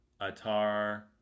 Atar